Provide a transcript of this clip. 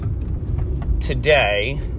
today